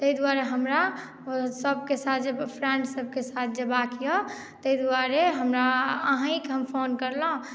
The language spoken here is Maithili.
ताहि द्वारे हमरा सभके साथ जय फ्रेण्डसभके साथ जयबाक यए ताहि द्वारे हमरा अहीँकेँ हम फोन कयलहुँ